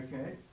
Okay